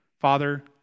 Father